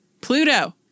Pluto